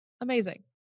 amazing